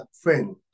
friend